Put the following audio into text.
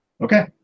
Okay